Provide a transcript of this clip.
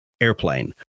airplane